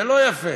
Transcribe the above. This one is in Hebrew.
זה לא יפה.